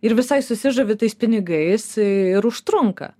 ir visai susižavi tais pinigais ir užtrunka